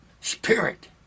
spirit